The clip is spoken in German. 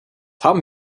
haben